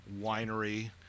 winery